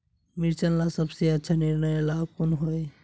मिर्चन ला सबसे अच्छा निर्णय ला कुन होई?